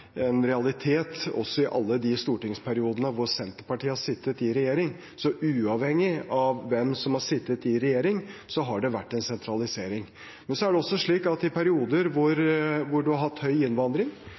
en realitet også i alle de stortingsperiodene hvor Senterpartiet har sittet i regjering. Uavhengig av hvem som har sittet i regjering, har det vært en sentralisering. Det er også slik at i perioder hvor